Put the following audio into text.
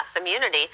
immunity